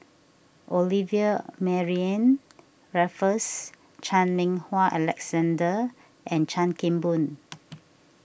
Olivia Mariamne Raffles Chan Meng Wah Alexander and Chan Kim Boon